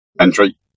entry